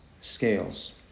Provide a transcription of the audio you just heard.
scales